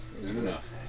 Enough